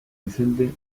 vicente